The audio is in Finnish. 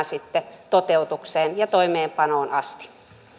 sitten toteutukseen ja toimeenpanoon asti